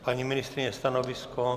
Paní ministryně, stanovisko?